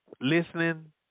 listening